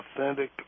authentic